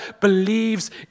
believes